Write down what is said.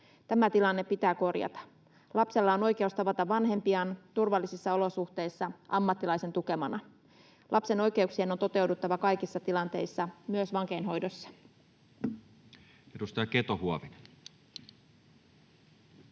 Tämä tilanne pitää korjata. Lapsella on oikeus tavata vanhempiaan turvallisissa olosuhteissa ammattilaisen tukemana. Lapsen oikeuksien on toteuduttava kaikissa tilanteissa, myös vankeinhoidossa.